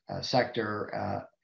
sector